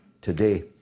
today